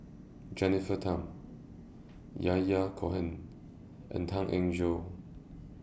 Jennifer Tham Yahya Cohen and Tan Eng Joo